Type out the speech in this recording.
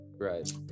Right